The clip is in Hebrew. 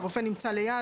על כך שהרופא נמצא צמוד,